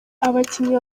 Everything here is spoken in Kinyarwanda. abakinnyi